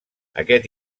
aquest